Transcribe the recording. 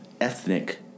ethnic